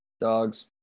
Dogs